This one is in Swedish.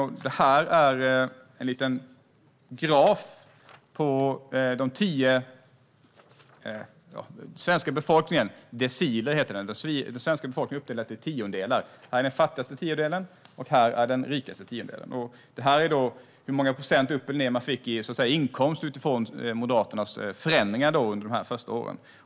Jag visar här en graf över deciler i den svenska befolkningen, det vill säga den svenska befolkningen uppdelad i tiondelar. Man ser här den fattigaste tiondelen och den rikaste tiondelen. Grafen visar med hur många procent inkomsterna ökade eller minskade utifrån Moderaternas förändringar under de första åren.